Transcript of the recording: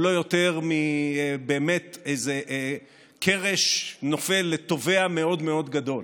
לא יותר באמת מאיזה קרש נופל וטובע מאוד מאוד גדול.